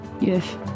Yes